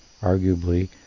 arguably